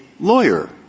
lawyer